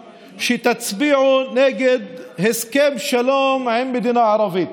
שתצביעו נגד הסכם שלום עם מדינה ערבית,